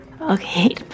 Okay